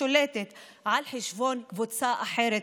השולטת על חשבון קבוצה אחרת,